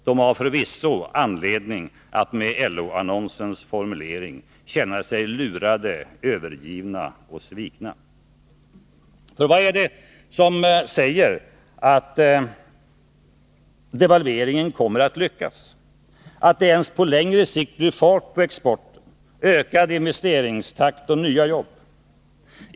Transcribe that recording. De har förvisso anledning att — med LO-annonsens formulering — känna sig lurade, övergivna och svikna. För vad är det som säger att devalveringen kommer att lyckas, att det ens på längre sikt blir fart på exporten, ökad investeringstakt och nya jobb?